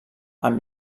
amb